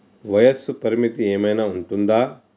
వయస్సు పరిమితి ఏమైనా ఉంటుందా?